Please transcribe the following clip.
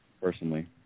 personally